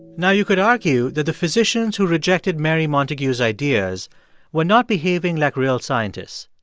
now, you could argue that the physicians who rejected mary montagu's ideas were not behaving like real scientists.